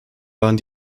waren